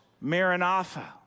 Maranatha